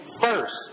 first